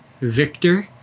Victor